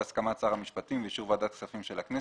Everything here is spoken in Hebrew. בהסכמת שר המשפטים ובאישור ועדת הכספים של הכנסת,